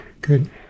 Good